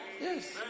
Yes